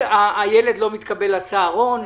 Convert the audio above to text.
הילד לא מתקבל לצהרון?